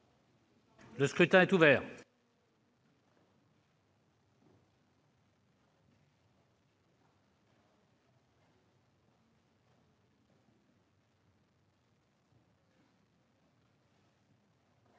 Le scrutin est ouvert.